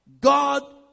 God